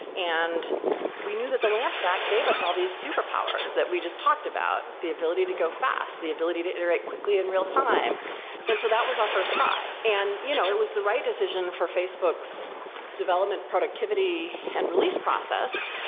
and we knew that the lamp stack gave us all these superpowers that we just talked about, the ability to go fast, the ability to iterate quickly in real-time. and so that was our first try. and you know it was the right decision for facebook's development productivity and release process,